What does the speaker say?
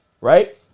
right